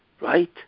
right